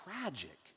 tragic